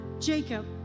Jacob